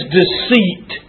deceit